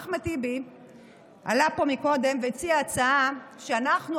אחמד טיבי עלה לפה קודם והציע הצעה שאנחנו,